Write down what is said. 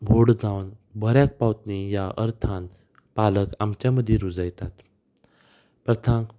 व्हड जावन बऱ्याक पावतली ह्या अर्थान पालक आमच्या मदीं रुजयतात प्रथांक